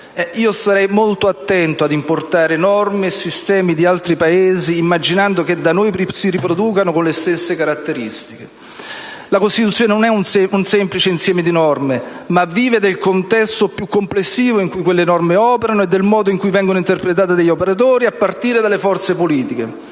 starei molto attento ad importare norme e sistemi di altri Paesi, immaginando che da noi si riproducano con le stesse caratteristiche. La Costituzione non è un semplice insieme di norme, ma vive del contesto più complessivo in cui quelle norme operano e del modo in cui vengono interpretate dagli operatori, a partire dalle forze politiche: